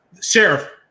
Sheriff